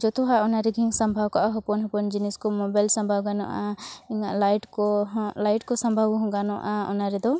ᱡᱚᱛᱚᱣᱟᱜ ᱚᱱᱟ ᱨᱮᱜᱤᱧ ᱥᱟᱢᱵᱟᱣ ᱠᱟᱜᱼᱟ ᱦᱚᱯᱚᱱ ᱦᱤᱯᱚᱱ ᱡᱤᱱᱤᱥ ᱠᱚ ᱢᱳᱵᱟᱭᱤᱞ ᱥᱟᱢᱵᱟᱣ ᱜᱟᱱᱚᱜᱼᱟ ᱤᱧᱟᱹᱜ ᱞᱟᱹᱭᱤᱴ ᱠᱚ ᱞᱟᱭᱤᱴ ᱠᱚ ᱥᱟᱢᱵᱟᱣ ᱜᱟᱱᱚᱜᱼᱟ ᱚᱱᱟ ᱨᱮᱫᱚ